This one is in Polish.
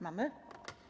Mamy?